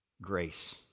grace